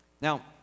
Now